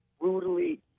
brutally